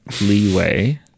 leeway